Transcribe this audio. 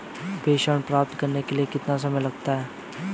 प्रेषण प्राप्त करने में कितना समय लगता है?